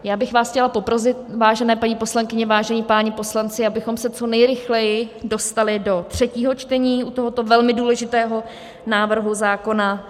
Já bych vás chtěla poprosit, vážené paní poslankyně, vážení páni poslanci, abychom se co nejrychleji dostali do třetího čtení u tohoto velmi důležitého návrhu zákona.